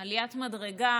עליית מדרגה: